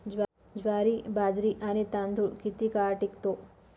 ज्वारी, बाजरी आणि तांदूळ किती काळ टिकतो?